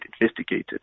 investigated